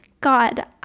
god